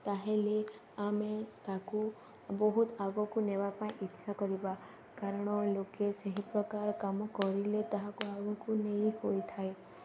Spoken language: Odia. ତାହେଲେ ଆମେ ତାକୁ ବହୁତ ଆଗକୁ ନେବା ପାଇଁ ଇଚ୍ଛା କରିବା କାରଣ ଲୋକେ ସେହି ପ୍ରକାର କାମ କରିଲେ ତାହାକୁ ଆଗକୁ ନେଇ ହୋଇଥାଏ